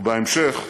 ובהמשך,